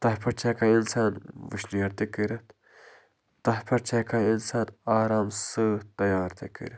تَتھ پٮ۪ٹھ چھِ ہٮ۪کان اِنسان وٕشنیر تہِ کٔرِتھ تَتھ پٮ۪ٹھ چھِ ہٮ۪کان اِنسان آرام سۭتۍ تیار تہِ کٔرِتھ